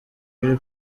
biri